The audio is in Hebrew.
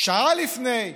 שעה לפני,